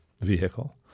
vehicle